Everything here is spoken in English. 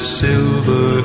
silver